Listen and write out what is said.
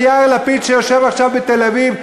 ליאיר לפיד שיושב עכשיו בתל-אביב,